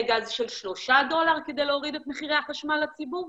גז של 3 דולר כדי להוריד את מחירי החשמל לציבור?